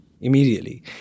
immediately